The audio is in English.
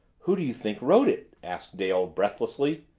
who do you think wrote it? asked dale breathlessly.